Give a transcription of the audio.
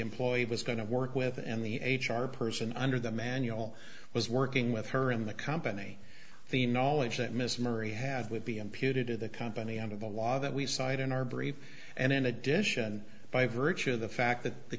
employee was going to work with and the h r person under the manual was working with her in the company the knowledge that ms marie had would be imputed to the company under the law that we cite in our brief and in addition by virtue of the fact that the